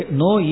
no